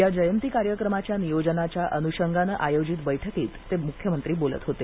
या जयंती कार्यक्रमाच्या नियोजनाच्या अनुषंगाने आयोजित बैठकीत मुख्यमंत्री बोलत होते